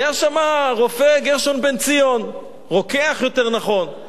היה שם רופא, גרשון בן-ציון, רוקח יותר נכון.